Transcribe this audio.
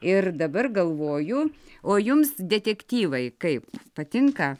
ir dabar galvoju o jums detektyvai kaip patinka